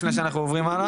לפני שאנחנו עוברים הלאה.